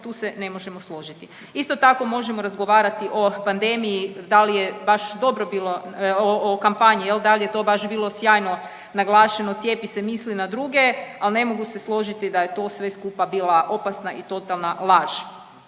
tu se ne možemo složiti. Isto tako možemo razgovarati o pandemiji da li je baš dobro bilo o kampanji jel, da li je to baš bilo sjajno naglašeno cijepi se, misli na druge ali ne mogu se složiti da je to sve skupa bila opasna i totalna laž.